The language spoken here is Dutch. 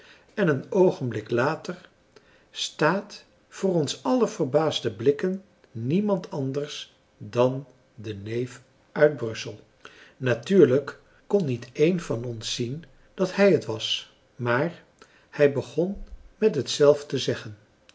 en een oogenblik later staat voor ons aller verbaasde blikken niemand anders dan de neef uit brussel natuurlijk kon niet een van ons zien dat hij het was maar hij begon met het zelf te zeggen